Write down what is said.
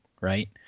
right